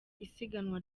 isiganwa